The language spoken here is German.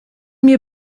mir